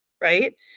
right